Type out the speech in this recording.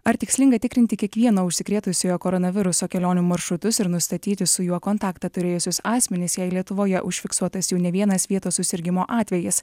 ar tikslinga tikrinti kiekvieną užsikrėtusiojo koronaviruso kelionių maršrutus ir nustatyti su juo kontaktą turėjusius asmenis jei lietuvoje užfiksuotas jau ne vienas vietos susirgimo atvejis